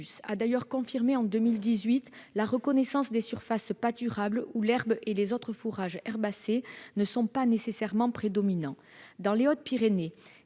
a d'ailleurs confirmé, en 2018, la reconnaissance des surfaces pâturables où l'herbe et les autres fourrages herbacés ne sont pas nécessairement prédominants. Dans les Hautes-Pyrénées,